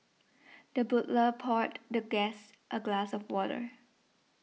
the butler poured the guest a glass of water